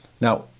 Now